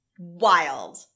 Wild